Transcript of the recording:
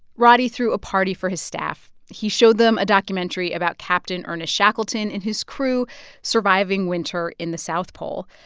roddey threw a party for his staff. he showed them a documentary about captain ernest shackleton and his crew surviving winter in the south pole.